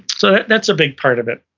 so that's a big part of it.